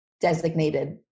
designated